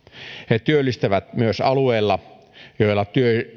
he työllistävät myös alueilla joilla